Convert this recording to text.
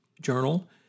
Journal